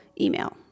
email